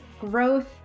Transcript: growth